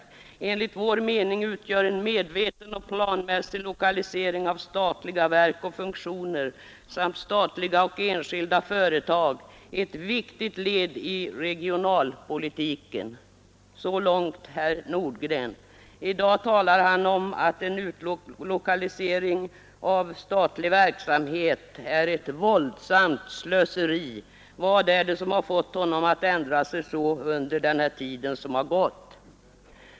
Enligt vår mening utgör en medveten och planmässig lokalisering av statliga verk och funktioner samt statliga och enskilda företag ett viktigt led i regionalpolitiken.” Så långt herr Nordgren. I dag talar han om att en utlokalisering av statlig verksamhet är ett våldsamt slöseri. Vad är det som fått honom att ändra sig så under den tid som gått?